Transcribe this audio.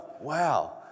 wow